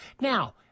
now